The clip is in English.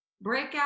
breakout